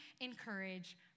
encourage